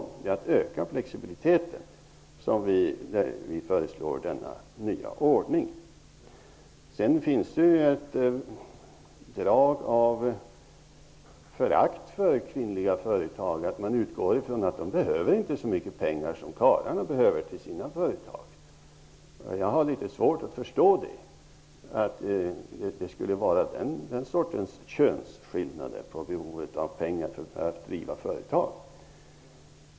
Det är fråga om att öka flexibiliteten, och det är därför vi föreslår denna nya ordning. Det finns ett drag av förakt för kvinnliga företagare. Man utgår från att de inte behöver så mycket pengar som karlarna behöver för sina företag. Jag har litet svårt att förstå att det skall vara den sortens könsskillnader på behovet av pengar för att driva företag.